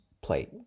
plate